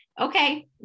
okay